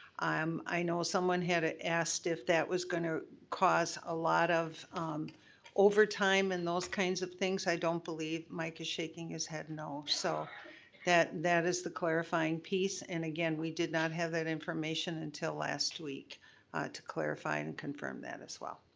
um i know someone had it asked if that was gonna cost a lot of overtime and those kinds of things. i don't believe, mike is shaking his head no so that that is the clarifying piece. and again, we did not have that information until last week to clarify and confirm that as well.